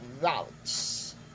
routes